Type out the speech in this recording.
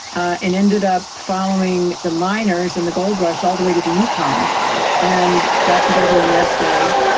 and ended up following the miners and the gold rush all the way to the yukon and got together a nest egg,